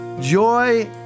Joy